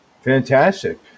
fantastic